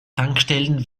tankstellen